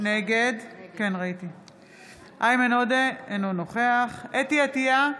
נגד איימן עודה, אינו נוכח חוה אתי עטייה,